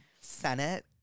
Senate